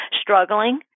struggling